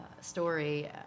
story